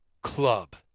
club